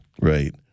Right